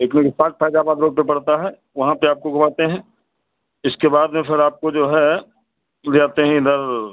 picnic spot Faizabad road पर पड़ता है वहाँ पर आपको घुमाते हैं इसके बाद में फिर आपको जो है ले आते हैं इधर